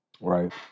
Right